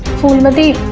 phoolmati,